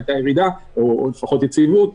הייתה ירידה או לפחות יציבות.